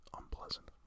unpleasant